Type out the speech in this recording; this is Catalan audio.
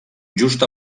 just